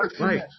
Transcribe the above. Right